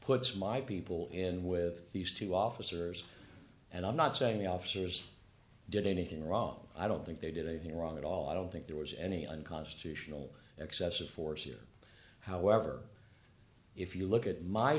puts my people in with these two officers and i'm not saying the officers did anything wrong i don't think they did a heroic at all i don't think there was any unconstitutional excessive force here however if you look at my